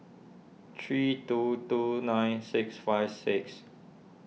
three two two nine six five six